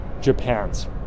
Japan's